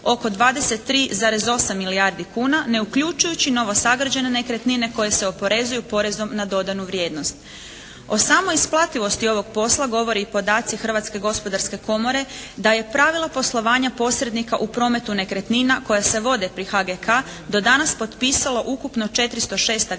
oko 23,8 milijardi kuna ne uključujući novosagrađene nekretnine koje se oporezuju porezom na dodanu vrijednost. O samoj isplativosti ovog posla govore i podaci Hrvatske gospodarske komore da je pravilo poslovanja posrednika u prometu nekretnina koja se vode pri HGK do danas potpisalo ukupno 406